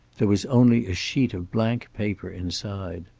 there was only a sheet of blank paper inside.